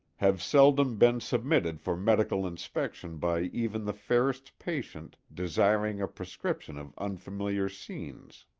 have seldom been submitted for medical inspection by even the fairest patient desiring a prescription of unfamiliar scenes.